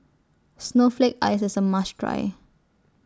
Snowflake Ice IS A must Try